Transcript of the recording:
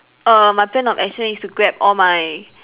err my plan of action is to grab all my